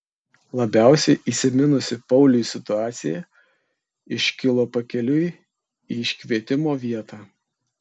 labiausiai įsiminusi pauliui situacija iškilo pakeliui į iškvietimo vietą